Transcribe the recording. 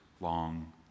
long